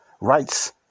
rights